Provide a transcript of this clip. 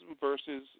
versus